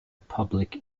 public